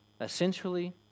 Essentially